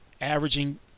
averaging